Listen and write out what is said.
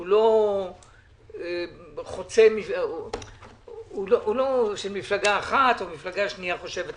הוא לא של מפלגה אחת, או מפלגה שנייה חושבת אחרת.